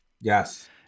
Yes